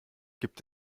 gibt